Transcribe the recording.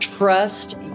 trust